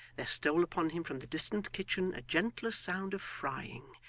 there stole upon him from the distant kitchen a gentle sound of frying,